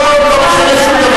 אני לא משנה שום דבר.